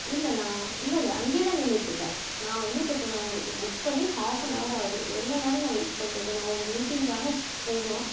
இல்லை நான் இல்லல்லை அங்கேயேதான் நின்னுட்டிருக்கேன் நான் வந்து இப்போ நான் உங்களுக்கு புக் பண்ணி ஆஃப்னவர் ஆகுது எவ்வளோ நேரம் நான் வெயிட் பண்ணுறது நான் ஒரு மீட்டிங்காக போகணும்